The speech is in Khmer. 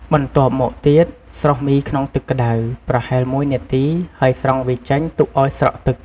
បន្ទាប់មកទៀត ស្រុះមីក្នុងទឹកក្តៅ ប្រហែល ១នាទី ហើយស្រង់វាចេញ ទុកឱ្យស្រក់ទឹក ។